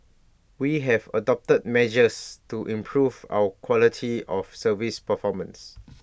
we have adopted measures to improve our quality of service performance